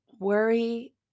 Worry